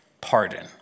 pardon